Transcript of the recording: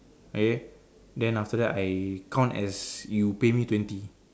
okay then after that I count as you pay me twenty